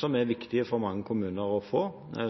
som det er viktig for mange kommuner å få,